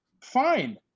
fine